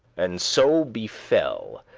and so befell,